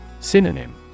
Synonym